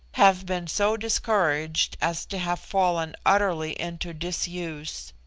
have been so discouraged as to have fallen utterly into disuse.